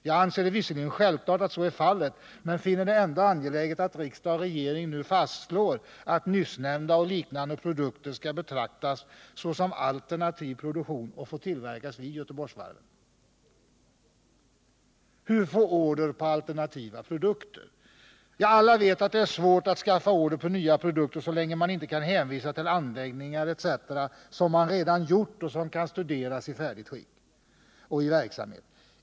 Jag anser det visserligen självklart att så är fallet men finner det ändå angeläget att riksdag och regering nu fastslår att nyssnämnda och liknande produkter skall betraktas såsom alternativ produktion och skall få tillverkas vid Göteborgsvarven. Alla vet att det är svårt att skaffa order på produkter så länge man inte kan hänvisa till anläggningar etc. som man redan gjort och som kan studeras i färdigt skick och i verksamhet.